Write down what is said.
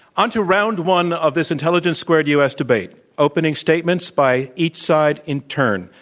onto round one of this intelligence squared u. s. debate, opening statements by each side in turn.